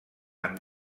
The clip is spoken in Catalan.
amb